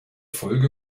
folge